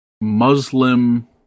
Muslim